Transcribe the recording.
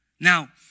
Now